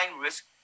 risk